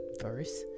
verse